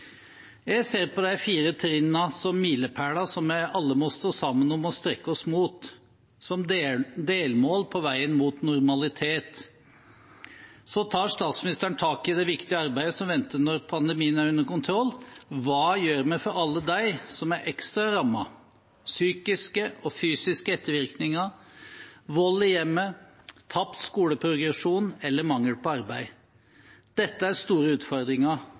Jeg ser på de fire trinnene som milepæler som vi alle må stå sammen om å strekke oss mot, som delmål på veien mot normalitet. Så tar statsministeren tak i det viktige arbeidet som venter når pandemien er under kontroll: Hva gjør vi for alle dem som er ekstra rammet? Psykiske og fysiske ettervirkninger, vold i hjemmet, tapt skoleprogresjon eller mangel på arbeid er store utfordringer.